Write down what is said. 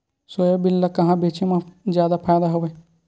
Soybean ल कहां बेचे म जादा फ़ायदा हवय?